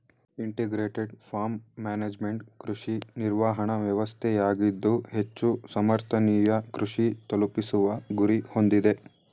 integrated farm management ಕೃಷಿ ನಿರ್ವಹಣಾ ವ್ಯವಸ್ಥೆಯಾಗಿದ್ದು ಹೆಚ್ಚು ಸಮರ್ಥನೀಯ ಕೃಷಿ ತಲುಪಿಸುವ ಗುರಿ ಹೊಂದಿದೆ